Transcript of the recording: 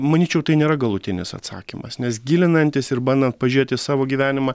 manyčiau tai nėra galutinis atsakymas nes gilinantis ir bandant pažiet į savo gyvenimą